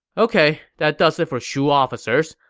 ok, that does it for shu officers.